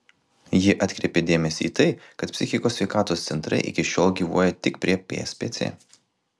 ji atkreipė dėmesį į tai kad psichikos sveikatos centrai iki šiol gyvuoja tik prie pspc